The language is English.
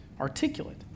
articulate